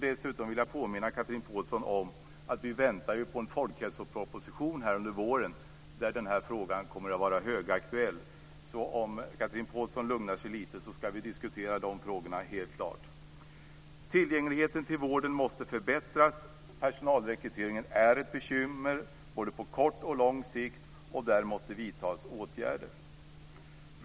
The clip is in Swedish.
Dessutom vill jag påminna Chatrine Pålsson om att vi väntar på en folkhälsoproposition under våren där denna fråga kommer att vara högaktuell. Tillgängligheten till vården måste förbättras. Personalrekryteringen är ett bekymmer på både kort och lång sikt. Där måste åtgärder vidtas.